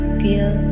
feel